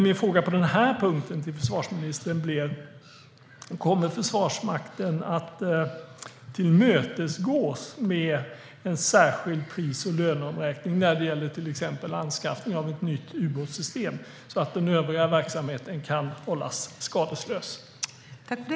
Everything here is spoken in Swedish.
Min fråga på den här punkten till försvarsministern blir: Kommer Försvarsmakten att tillmötesgås med en särskild pris och löneomräkning när det gäller till exempel anskaffning av ett nytt ubåtssystem, så att den övriga verksamheten kan hållas skadeslös?